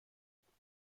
دستگاه